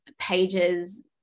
pages